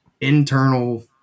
internal